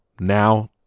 Now